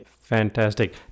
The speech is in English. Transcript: Fantastic